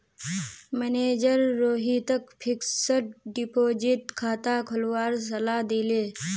manager रोहितक fixed deposit खाता खोलवार सलाह दिले